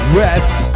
rest